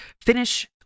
finish